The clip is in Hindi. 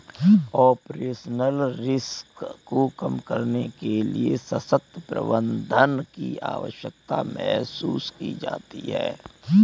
ऑपरेशनल रिस्क को कम करने के लिए सशक्त प्रबंधन की आवश्यकता महसूस की जाती है